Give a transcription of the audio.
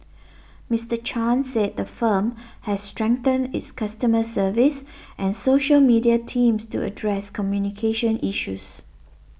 Mister Chan said the firm has strengthened its customer service and social media teams to address communication issues